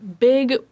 big